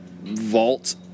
vault